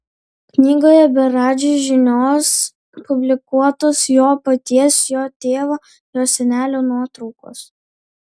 knygoje be radži žinios publikuotos jo paties jo tėvo jo senelio nuotraukos